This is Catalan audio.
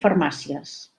farmàcies